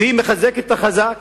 והיא מחזקת את החזק,